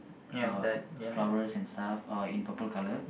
uh the flowers and stuff oh in purple color